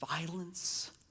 violence